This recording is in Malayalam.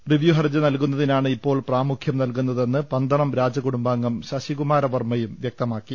റിവ്യൂ ഹർജി നൽകുന്നതിനാണ് ഇപ്പോൾ പ്രാമുഖ്യം നൽകുന്ന തെന്ന് പന്തളം രാജകുടുംബാംഗം ശശികുമാരവർമ്മ വ്യക്തമാക്കി